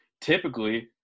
typically